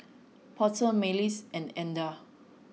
Porter Marlys and Edna